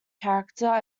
character